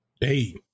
Hey